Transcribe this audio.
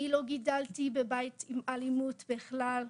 אני לא גדלתי בבית עם אלימות בכלל.